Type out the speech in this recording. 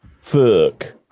Fuck